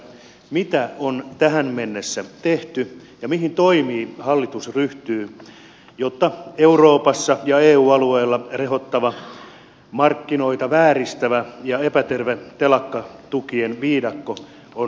mitä on tähän mennessä tehty ja mihin toimiin hallitus ryhtyy koska euroopassa ja eu alueella rehottava markkinoita vääristävä ja epäterve telakkatukien viidakko on valtaisa